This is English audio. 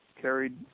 carried